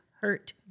hurt